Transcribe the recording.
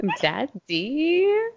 Daddy